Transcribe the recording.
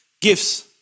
gifts